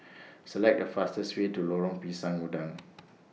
Select The fastest Way to Lorong Pisang Udang